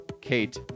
Kate